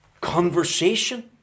conversation